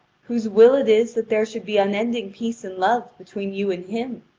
whose will it is that there should be unending peace and love between you and him,